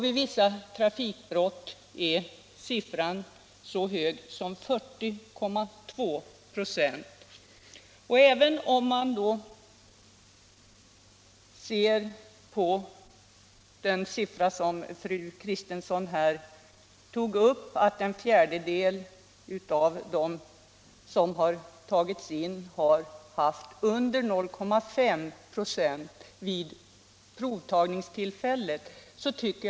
Vid vissa trafikbrott är siffran så hög som 40,2 96. Fru Kristensson nämnde att en fjärdedel av de förare som tagits in för provtagning har haft under 0,5 ?/oo alkoholhalt i blodet.